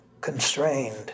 constrained